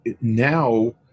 now